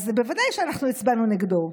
בוודאי שהצבענו נגדו.